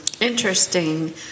interesting